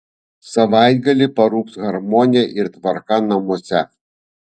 savaitgalį parūps harmonija ir tvarka namuose